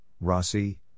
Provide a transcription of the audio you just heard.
Rossi